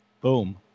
Boom